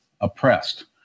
oppressed